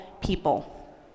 people